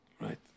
Right